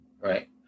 right